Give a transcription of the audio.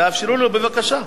תאפשרו לו בבקשה.